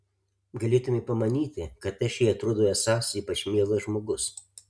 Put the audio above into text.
galėtumei pamanyti kad aš jai atrodau esąs ypač mielas žmogus